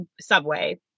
subway